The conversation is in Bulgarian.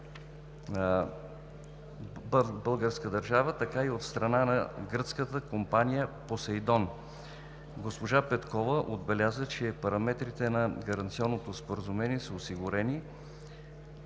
Холдинг“ ЕАД, така и от страна на гръцката компания „Посейдон“. Госпожа Петкова отбеляза, че параметрите на Гаранционното споразумение са осигуряване